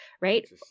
Right